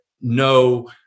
no